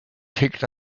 picked